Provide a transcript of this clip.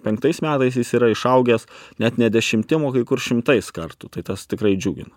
penktais metais jis yra išaugęs net ne dešimtim o kai kur šimtais kartų tai tas tikrai džiugina